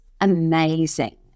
amazing